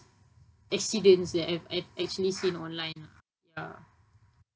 accidents that I've ac~ actually seen online lah ya